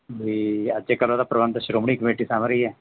ਅਤੇ ਅੱਜ ਕੱਲ੍ਹ ਉਹਦਾ ਪ੍ਰਬੰਧ ਸ਼੍ਰੋਮਣੀ ਕਮੇਟੀ ਸਾਂਭ ਰਹੀ ਹੈ